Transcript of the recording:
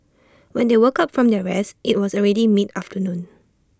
when they woke up from their rest IT was already mid afternoon